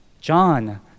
John